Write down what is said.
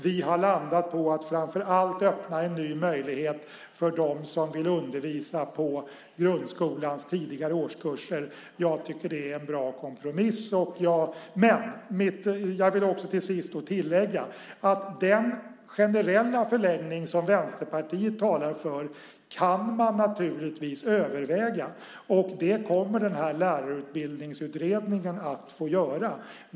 Vi har landat på att framför allt öppna en ny möjlighet för dem som vill undervisa på grundskolans tidigare årskurser. Jag tycker att det är en bra kompromiss. Jag vill till sist tillägga att man naturligtvis kan överväga den generella förlängning som Vänsterpartiet talar för. Det kommer lärarutbildningsutredningen att få göra.